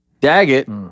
Daggett